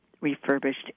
refurbished